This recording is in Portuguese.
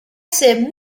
ser